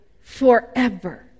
forever